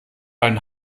einen